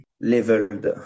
leveled